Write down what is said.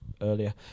earlier